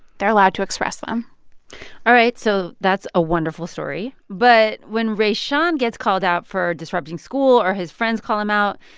they're allowed to express them all right, so that's a wonderful story. but when rayshawn gets called out for disrupting school or his friends call him out,